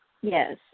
Yes